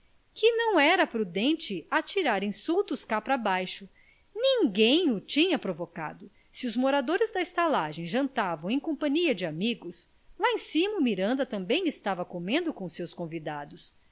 que não era prudente atirar insultos cá pra baixo ninguém o tinha provocado se os moradores da estalagem jantavam em companhia de amigos lá em cima o miranda também estava comendo com os seus convidados